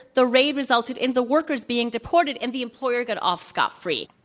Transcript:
the raid resulted in the workers being deported and the employer got off scot-free.